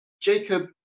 Jacob